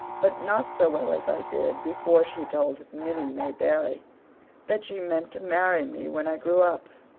but not so well as i did before she told minnie may barry that she meant to marry me when i grew up.